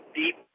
deep